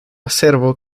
acervo